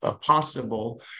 possible